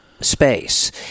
space